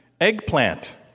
eggplant